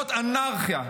זאת אנרכיה.